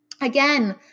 again